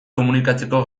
komunikatzeko